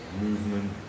movement